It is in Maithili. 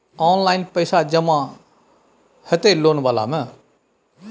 ऑनलाइन पैसा जमा हते लोन वाला में?